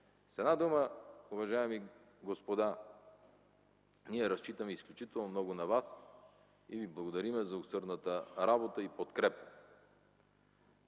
С една дума, уважаеми господа, ние разчитаме изключително много на вас и ви благодарим за усърдната работа и подкрепа!